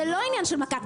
זה לא עניין של מק"ט.